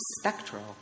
spectral